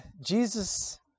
Jesus